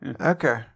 Okay